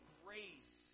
grace